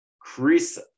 Chris